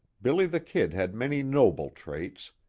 billy the kid had many noble traits.